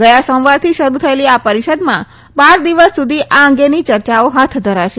ગથા સોમવારથી શરૂ થયેલી આ પરિષદમાં બાર દિવસ સુધી આ અંગેની ચર્ચાઓ હાથ ધરાશે